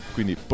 Quindi